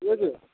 ঠিক আছে